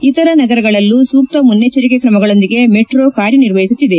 ಇತರ ನಗರಗಳಲ್ಲೂ ಸೂಕ್ತ ಮುನ್ನೆಚ್ಲರಿಕೆ ಕ್ರಮಗಳೊಂದಿಗೆ ಮೆಟ್ರೋ ಕಾರ್ಯನಿರ್ವಹಿಸುತ್ತಿದೆ